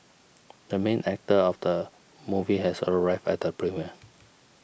the main actor of the movie has arrived at the premiere